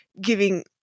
giving